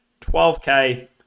12K